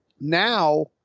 now